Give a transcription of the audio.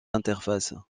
interfaces